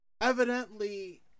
evidently